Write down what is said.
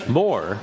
more